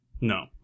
No